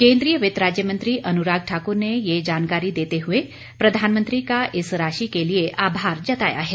केन्द्रीय वित्त राज्य मंत्री अनुराग ठाकुर ने ये जानकारी देते हुए प्रधानमंत्री का इस राशि के लिए आभार जताया है